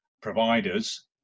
providers